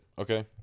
okay